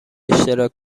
اشتراک